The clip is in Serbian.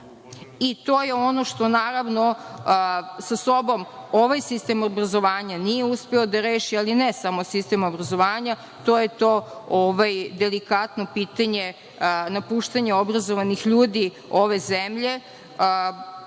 I to je ono što, naravno, sa sobom ovaj sistem obrazovanja nije uspeo da reši, ali ne samo sistem obrazovanja, to je to delikatno pitanje napuštanja obrazovanih ljudi ove zemlje.